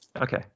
Okay